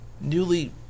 newly